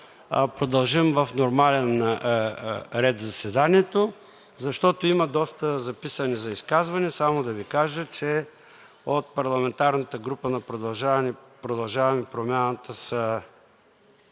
продължим в нормален ред заседанието, защото има доста записани за изказване. Само да Ви кажа, че от парламентарната група на „Продължаваме Промяната“ са